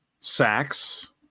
sacks